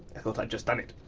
i thought i'd just done it,